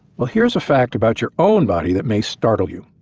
well, here's a fact about your own body that may startle you.